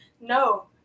No